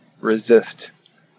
resist